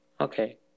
Okay